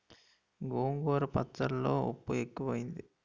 గోంగూర పచ్చళ్ళో ఉప్పు ఎక్కువైంది